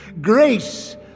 Grace